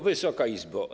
Wysoka Izbo!